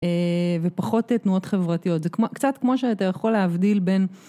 ופחות תנועות חברתיות. זה קצת כמו שאתה יכול להבדיל בין...